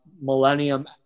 Millennium